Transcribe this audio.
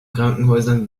krankenhäusern